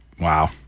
Wow